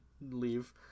Leave